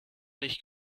nicht